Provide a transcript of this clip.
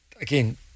Again